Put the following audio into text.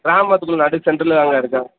கிராமத்துக்குள்ளே நடு சென்ட்ரில் தாங்க இருக்கேன்